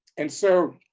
and so